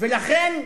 לכן,